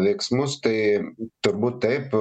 veiksmus tai turbūt taip